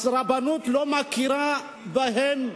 רבנות, הרבנות לא מכירה בהם.